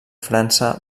frança